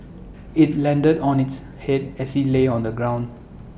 IT landed on its Head as he lay on the ground